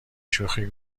شوخی